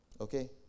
Okay